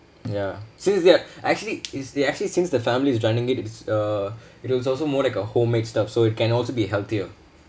ya since they're actually is the actually since the family is joining it it's uh it it was also more like a homemade stuff so it can also be healthier